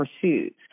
pursuits